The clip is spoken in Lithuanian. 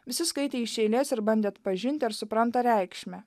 visi skaitė iš eilės ir bandė atpažinti ar supranta reikšmę